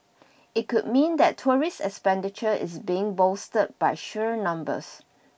it could mean that tourist expenditure is being bolstered by sheer numbers